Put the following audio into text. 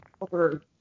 over